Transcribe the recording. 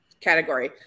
category